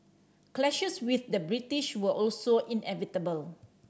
clashes with the British were also inevitable